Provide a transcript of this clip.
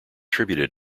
contributed